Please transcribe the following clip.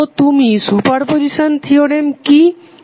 তো তুমি সুপারপজিসান থিওরেমে কি করবে